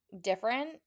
different